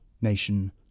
Nation